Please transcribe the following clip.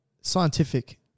scientific